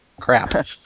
Crap